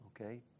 Okay